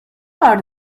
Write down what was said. are